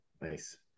Nice